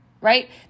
Right